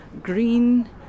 green